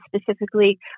specifically